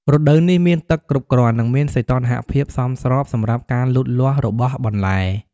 រដូវនេះមានទឹកគ្រប់គ្រាន់ និងមានសីតុណ្ហភាពសមស្របសម្រាប់ការលូតលាស់របស់បន្លែ។